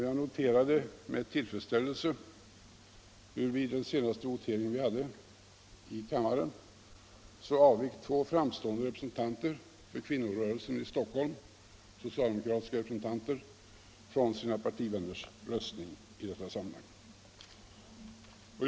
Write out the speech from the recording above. Jag noterade med tillfredsställelse hur två framstående socialdemokratiska representanter för kvinnorörelsen i Stockholm vid den senaste omröstningen i denna fråga här i kammaren avvek från sina partivänners röstning.